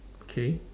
okay